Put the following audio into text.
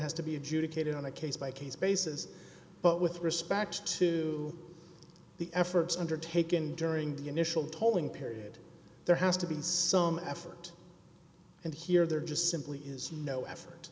has to be adjudicated on a case by case basis but with respect to the efforts undertaken during the initial tolling period there has to be some effort and here there just simply is no effort